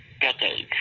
decades